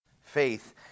Faith